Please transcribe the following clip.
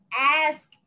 ask